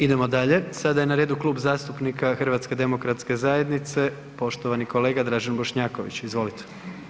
Idemo dalje, sada je na redu Klub zastupnika HDZ-a, poštovani kolega Dražen Bošnjaković, izvolite.